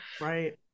right